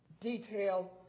detail